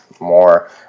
more